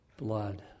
blood